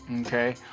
Okay